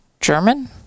German